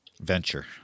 venture